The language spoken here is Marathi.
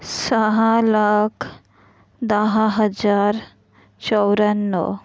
सहा लाख दहा हजार चौऱ्याण्णो